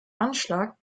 anschlag